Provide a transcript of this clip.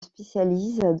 spécialise